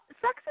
Sex